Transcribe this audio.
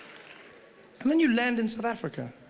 and then you land in south africa.